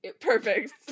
Perfect